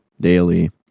daily